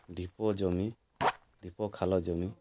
ଢୀପ ଜମି ଢୀପଖାଲ ଜମି